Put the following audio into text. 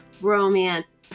romance